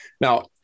Now